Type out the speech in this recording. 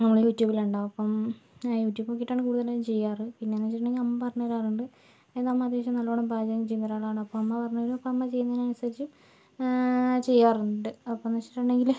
നമ്മൾ യൂട്യൂബിൽ ഉണ്ടാവും അപ്പം ആ യൂട്യൂബ് നോക്കിയിട്ടാണ് കൂടുതലും ചെയ്യാറ് പിന്നെയെന്ന് വച്ചിട്ടുണ്ടെങ്കിൽ അമ്മ പറഞ്ഞു തരാറുണ്ട് എൻ്റമ്മ അത്യാവശ്യം നല്ലോണം പാചകം ചെയ്യുന്ന ഒരാളാണ് അപ്പം അമ്മ പറഞ്ഞു തരും അപ്പം അമ്മ ചെയ്യുന്നതിന് അനുസരിച്ചും ചെയ്യാറുണ്ട് അപ്പോഴെന്ന് വച്ചിട്ടുണ്ടെങ്കിൽ